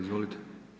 Izvolite!